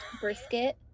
brisket